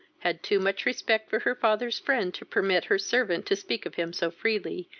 had too much respect for her father's friend to permit her servant to speak of him so freely,